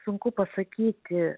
sunku pasakyti